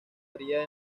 haría